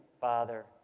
Father